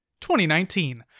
2019